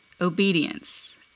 obedience